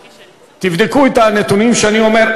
תבדקו את הנתונים שאני אומר,